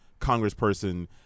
congressperson